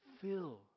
Fill